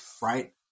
right